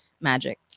magic